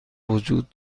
وجود